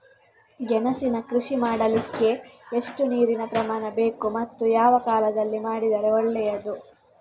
ಗೆಣಸಿನ ಕೃಷಿ ಮಾಡಲಿಕ್ಕೆ ಎಷ್ಟು ನೀರಿನ ಪ್ರಮಾಣ ಬೇಕು ಮತ್ತು ಯಾವ ಕಾಲದಲ್ಲಿ ಮಾಡಿದರೆ ಒಳ್ಳೆಯದು?